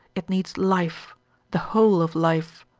it needs life the whole of life.